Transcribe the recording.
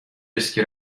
اسکی